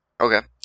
Okay